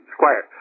Squire